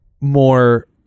more